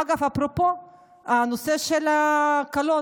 אגב, אפרופו הנושא של הקלון,